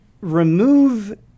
remove